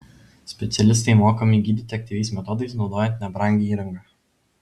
specialistai mokomi gydyti aktyviais metodais naudojant nebrangią įrangą